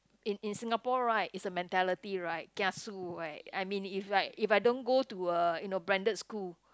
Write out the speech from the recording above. in in Singapore right it's the mentality right kiasu right I mean if like if I don't go uh you know branded school